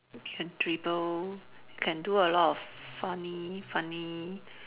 can dribble can do a lot of funny funny